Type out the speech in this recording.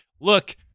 look